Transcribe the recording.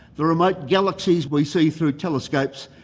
the remote galaxies we see through telescopes,